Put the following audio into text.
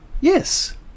yes